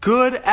Good